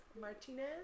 Martinez